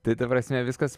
tai ta prasme viskas